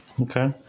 Okay